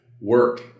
work